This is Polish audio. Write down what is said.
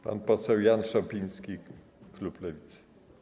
Pan poseł Jan Szopiński, klub Lewicy.